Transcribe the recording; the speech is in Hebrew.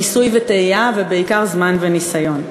ניסוי וטעייה, ובעיקר זמן וניסיון.